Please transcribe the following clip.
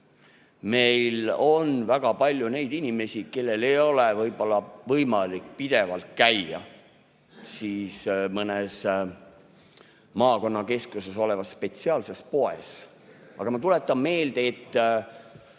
Meil on väga palju inimesi, kellel ei ole võib-olla võimalik pidevalt käia mõnes maakonnakeskuses olevas spetsiaalses poes, aga ma tuletan meelde, et